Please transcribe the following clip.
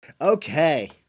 Okay